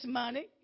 money